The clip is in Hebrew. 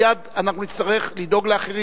מייד אנחנו נצטרך לדאוג לאחרים.